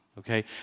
Okay